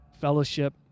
fellowship